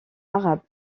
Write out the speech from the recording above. arabe